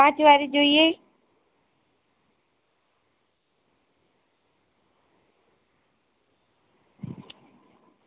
પાંચવાળી જોઈએ